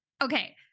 okay